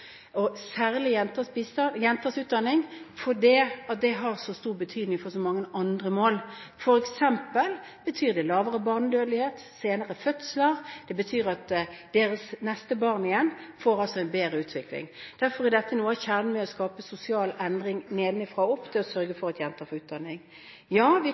og særlig jenters utdanning, fordi det har så stor betydning for så mange andre mål, f.eks. betyr det lavere barnedødelighet, senere fødsler, og at deres barn igjen får en bedre utvikling. Derfor er dette noe av kjernen med å skape sosial endring nedenfra og opp: det å sørge for at jenter får utdanning. Ja, vi